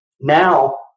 now